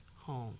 home